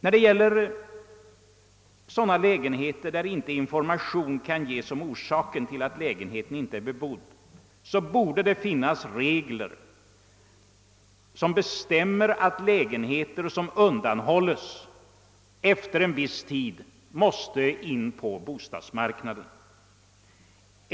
Beträffande lägenheter, för vilka skälen till att de står obebodda inte redovisas, borde det finnas regler enligt vilka lägenheter som undanhålles efter viss tid måste tillföras bostadsmarknaden.